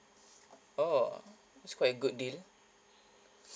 oh it's quite a good deal